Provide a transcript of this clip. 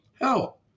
Hell